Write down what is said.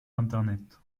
internet